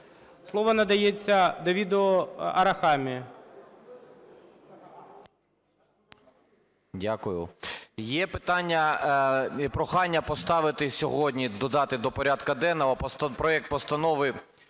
Слово надається Давиду Арахамія.